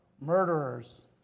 Murderers